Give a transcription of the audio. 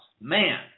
Man